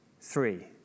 three